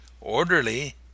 orderly